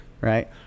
right